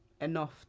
enough